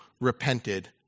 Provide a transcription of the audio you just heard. repented